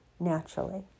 naturally